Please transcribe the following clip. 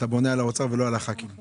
אתה בונה על משרד האוצר ולא על חברי הכנסת.